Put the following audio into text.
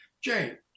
jane